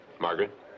Margaret